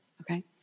Okay